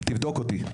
תבדוק אותי.